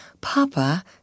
Papa